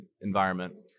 environment